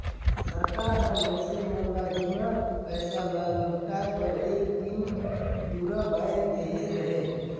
सरकार हर मइनसे मन ल जुनहा पइसा ल लहुटाए बर एक दिन दुरा बांएध देहे रहेल